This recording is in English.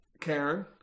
Karen